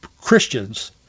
Christians